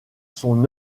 son